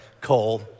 Cole